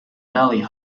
valley